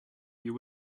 you